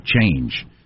change